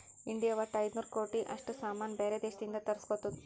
India ವಟ್ಟ ಐಯ್ದ ನೂರ್ ಕೋಟಿ ಅಷ್ಟ ಸಾಮಾನ್ ಬ್ಯಾರೆ ದೇಶದಿಂದ್ ತರುಸ್ಗೊತ್ತುದ್